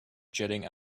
jetting